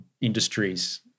industries